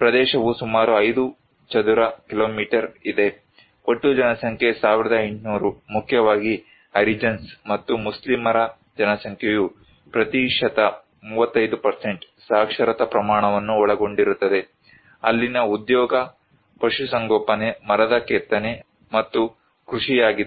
ಪ್ರದೇಶವು ಸುಮಾರು 5 ಚದರ ಕಿಲೋಮೀಟರ್ ಇದೆ ಒಟ್ಟು ಜನಸಂಖ್ಯೆ 1800 ಮುಖ್ಯವಾಗಿ ಹರಿಜನ್ಸ್ ಮತ್ತು ಮುಸ್ಲಿಮರ ಜನಸಂಖ್ಯೆಯು ಪ್ರತಿಶತ 35 ಸಾಕ್ಷರತಾ ಪ್ರಮಾಣವನ್ನು ಒಳಗೊಂಡಿರುತ್ತದೆ ಅಲ್ಲಿನ ಉದ್ಯೋಗ ಪಶುಸಂಗೋಪನೆ ಮರದ ಕೆತ್ತನೆ ಮತ್ತು ಕೃಷಿಯಾಗಿದ್ದವು